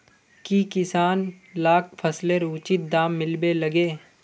की किसान लाक फसलेर उचित दाम मिलबे लगे?